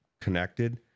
connected